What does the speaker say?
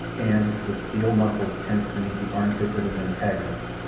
and, with steel muscles tensed beneath the armpits of his antagonist,